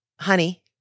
honey